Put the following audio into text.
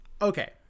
Okay